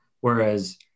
Whereas